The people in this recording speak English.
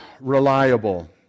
reliable